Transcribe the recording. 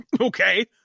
Okay